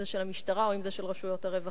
אם זה של המשטרה או אם זה של רשויות הרווחה.